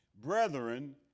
brethren